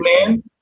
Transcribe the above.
man